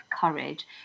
courage